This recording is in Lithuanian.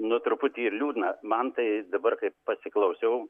nu truputį ir liūdna man tai dabar kai pasiklausiau